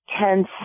tense